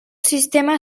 sistema